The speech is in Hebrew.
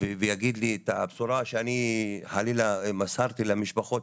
ויגיד לי את הבשורה שאני חלילה מסרתי למשפחות.